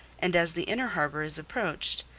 and as the inner harbour is approached,